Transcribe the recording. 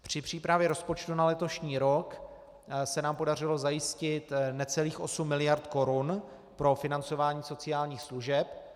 Při přípravě rozpočtu na letošní rok se nám podařilo zajistit necelých 8 miliard korun pro financování sociálních služeb.